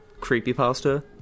creepypasta